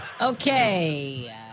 Okay